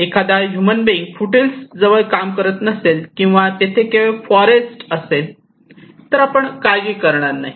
एखादा human being foothills जवळ काम करत नसेल किंवा तेथे केवळ फॉरेस्ट असेल तर आपण काळजी करणार नाही